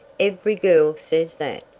every girl says that,